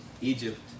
Egypt